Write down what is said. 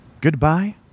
goodbye